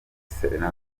serena